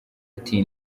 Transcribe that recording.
ati